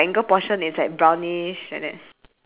mi~ mine also empty